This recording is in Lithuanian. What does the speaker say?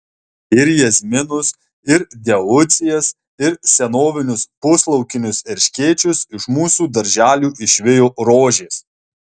ir jazminus ir deucijas ir senovinius puslaukinius erškėčius iš mūsų darželių išvijo rožės